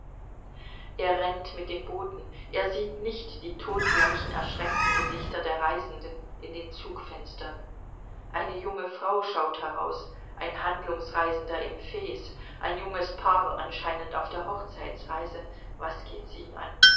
er rennt mit dem boten er sieht nicht die todbleichen erschreckten gesichter der reisenden in den zugfenstern eine junge frau schaut heraus ein handlungsreisender im fes ein junges paar anscheinend auf der hochzeitsreise was geht's ihn an